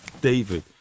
David